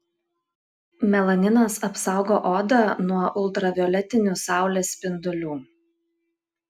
melaninas apsaugo odą nuo ultravioletinių saulės spindulių